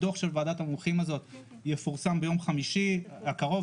הדוח של ועדת המומחים הזאת יפורסם ביום חמישי הקרוב,